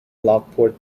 lockport